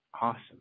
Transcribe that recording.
Awesome